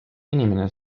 inimene